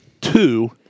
Two